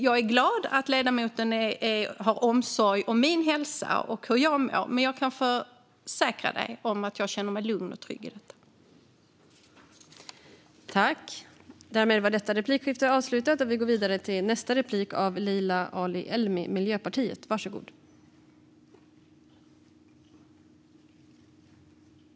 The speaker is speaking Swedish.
Jag är glad att ledamoten har omsorg om min hälsa och hur jag mår, men jag kan försäkra henne att jag känner mig lugn och trygg i fråga om detta.